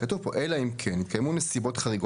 כתוב פה: ״אלא אם כן התקיימו נסיבות חריגות